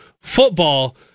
Football